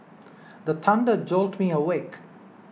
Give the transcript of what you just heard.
the thunder jolt me awake